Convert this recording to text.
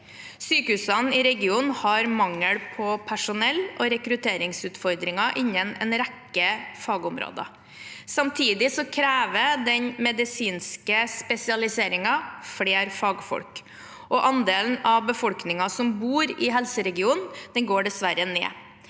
Sykehusene i regionen har mangel på personell og rekrutteringsutfordringer innen en rekke fagområder. Samtidig krever den medisinske spesialiseringen flere fagfolk, og andelen av befolkningen som bor i helseregionen, går dessverre ned.